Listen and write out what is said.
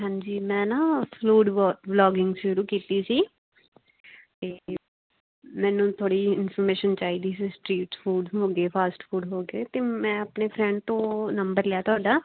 ਹਾਂਜੀ ਮੈਂ ਨਾ ਫਰੂਡ ਵੋ ਵਲੋਗਿੰਗ ਸ਼ੁਰੂ ਕੀਤੀ ਸੀ ਅਤੇ ਮੈਨੂੰ ਥੋੜ੍ਹੀ ਜਿਹੀ ਇੰਫੋਰਮੇਸ਼ਨ ਚਾਹੀਦੀ ਸੀ ਸਟਰੀਟ ਫੂਡ ਹੋ ਗਏ ਫਾਸਟ ਫੂਡ ਹੋ ਗਏ ਅਤੇ ਮੈਂ ਆਪਣੇ ਫਰੈਂਡ ਤੋਂ ਨੰਬਰ ਲਿਆ ਤੁਹਾਡਾ